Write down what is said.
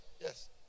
Yes